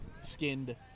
skinned